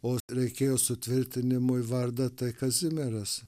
o reikėjo sutvirtinimui vardą tai kazimieras